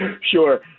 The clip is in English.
Sure